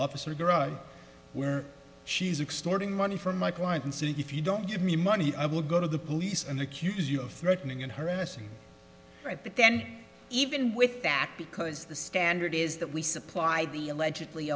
officer drug where she's extorting money from my client and see if you don't give me money i will go to the police and accuse you of threatening and harassing right but then even with that because the standard is that we supplied the allegedly